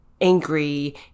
angry